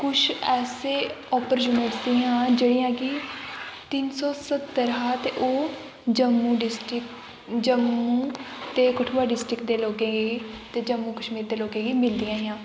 कुछ ऐसे अपॉर्चुनिटिस हियां जेह्ड़ियां कि तीन सौ सत्तर हा ते ओह् जम्मू डिस्ट्रिक्ट जम्मू ते कठुआ डिस्ट्रिक्ट दे लोकें गी ते जम्मू कश्मीर दे लोकें गी मिलदियां हियां